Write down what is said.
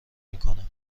میکنه